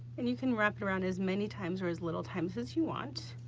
and you can wrap it around as many times or as little times as you want,